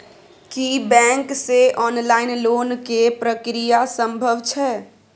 की bank से online loan के प्रक्रिया संभव छै?